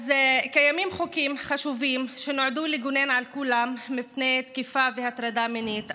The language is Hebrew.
קיימים חוקים חשובים שנועדו לגונן על כולם מפני תקיפה והטרדה מינית,